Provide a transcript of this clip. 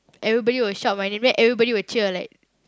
everybody will shout my name then everybody will cheer like